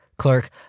Clerk